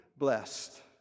blessed